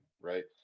right